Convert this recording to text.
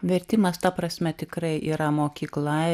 vertimas ta prasme tikrai yra mokykla